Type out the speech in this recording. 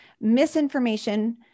misinformation